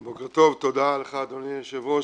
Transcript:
בוקר טוב, תודה לך אדוני היושב-ראש.